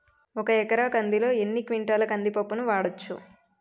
ఒక ఎకర కందిలో ఎన్ని క్వింటాల కంది పప్పును వాడచ్చు?